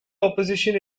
opposition